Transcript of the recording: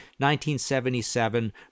1977